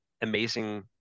amazing